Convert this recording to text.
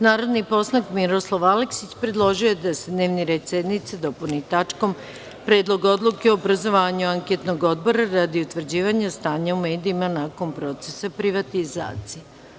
Narodni poslanik Miroslav Aleksić predložio je da se dnevni red sednice dopuni tačkom Predlog odluke o obrazovanju anketnog odbora radi utvrđivanja stanja u medijima nakon procesa privatizacije.